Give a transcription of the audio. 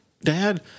Dad